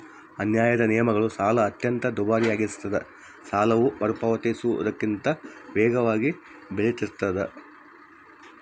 ಅನ್ಯಾಯದ ನಿಯಮಗಳು ಸಾಲ ಅತ್ಯಂತ ದುಬಾರಿಯಾಗಿಸ್ತದ ಸಾಲವು ಮರುಪಾವತಿಸುವುದಕ್ಕಿಂತ ವೇಗವಾಗಿ ಬೆಳಿತಿರ್ತಾದ